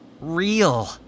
real